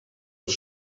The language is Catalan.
els